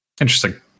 Interesting